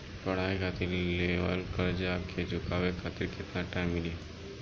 पढ़ाई खातिर लेवल कर्जा के चुकावे खातिर केतना टाइम मिली?